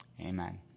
Amen